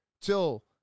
till